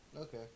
okay